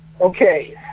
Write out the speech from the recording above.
Okay